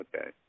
Okay